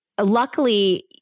Luckily